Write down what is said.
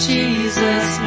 Jesus